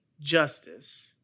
Justice